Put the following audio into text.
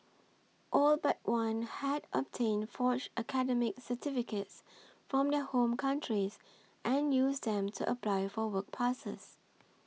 all but one had obtained forged academic certificates from their home countries and used them to apply for work passes